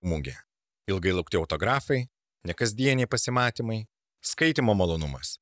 mugė ilgai laukti autografai nekasdieniai pasimatymai skaitymo malonumas